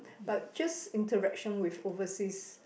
but just interaction with overseas